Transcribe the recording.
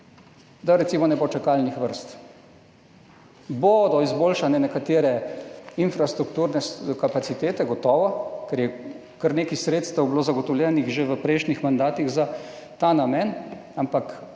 dve leti ne bo čakalnih vrst. Gotovo bodo izboljšane nekatere infrastrukturne kapacitete, ker je bilo kar nekaj sredstev zagotovljenih že v prejšnjih mandatih za ta namen, ampak